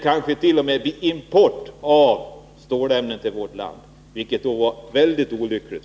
Det kanske t.o.m. måste importeras stålämnen till vårt land, vilket vore väldigt olyckligt.